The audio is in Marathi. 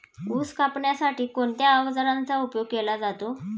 ऊस कापण्यासाठी कोणत्या अवजारांचा उपयोग केला जातो?